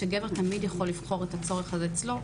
כשגבר תמיד יכול לבחור את הצורך הזה אצלו.